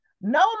No